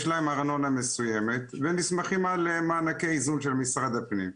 יש להן ארנונה מסוימת והן נסמכות על מענקי איזון של משרד הפנים,